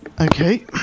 Okay